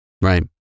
right